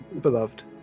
beloved